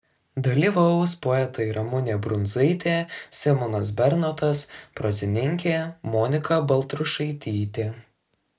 dalyvaus poetai ramunė brundzaitė simonas bernotas prozininkė monika baltrušaitytė